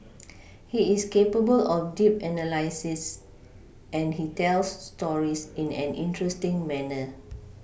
he is capable of deep analysis and he tells stories in an interesting manner